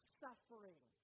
suffering